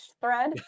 thread